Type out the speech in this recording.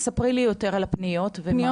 ספרי לי יותר על הפניות, ומה?